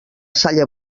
salle